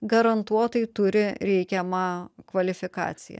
garantuotai turi reikiamą kvalifikaciją